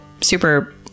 super